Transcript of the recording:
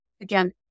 again